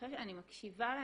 ועכשיו כשאני מקשיבה להם,